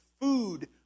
food